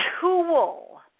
tool